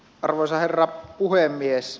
arvoisa herra puhemies